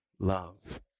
love